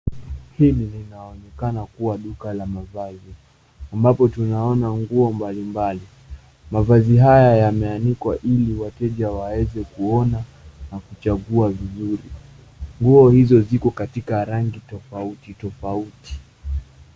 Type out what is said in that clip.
Hili linaonekana kuwa duka la mavazi ambapo tunaona nguo mbalimbali. Mavazi haya yameanikwa ili wateja waweze kuona na kuchagua vizuri. Nguo hizo ziko kwenye rangi tofauti tofauti